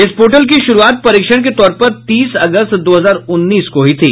इस पोर्टल की श्रुआत परीक्षण के तौर पर तीस अगस्त दो हजार उन्नीस को हुई थी